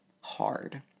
hard